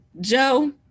Joe